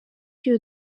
iyo